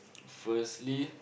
firstly